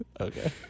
Okay